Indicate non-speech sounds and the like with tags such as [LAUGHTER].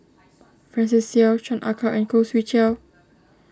[NOISE] Francis Seow Chan Ah Kow and Khoo Swee Chiow